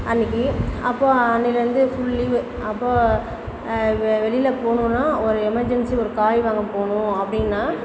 அன்னைக்கு அப்புறம் அன்னையிலேந்து ஃபுல் லீவு அப்புறம் வெளியில போகணுனா ஒரு எமெர்ஜென்சி ஒரு காய் வாங்க போகணும் அப்படின்னா